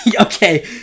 okay